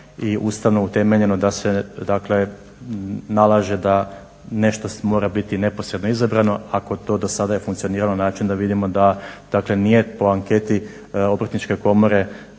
ustavno utemeljeno, da se dakle nalaže da nešto mora biti neposredno izabrano, ako je to do sada funkcioniralo … vidimo da dakle nije po anketi Obrtničke komore bilo